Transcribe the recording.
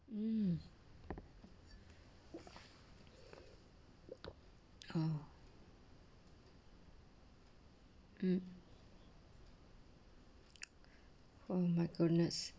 hmm mm mm my goodness